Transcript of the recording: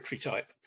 type